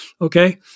okay